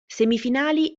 semifinali